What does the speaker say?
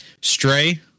stray